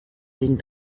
ligne